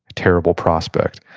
ah terrible prospect,